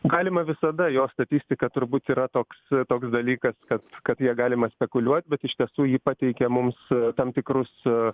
galima visada jo statistika turbūt yra toks toks dalykas kad kad ja galima spekuliuot bet iš tiesų ji pateikia mums tam tikrus